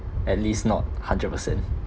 at least not hundred percent